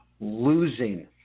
losing